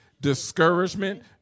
discouragement